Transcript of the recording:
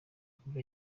kuva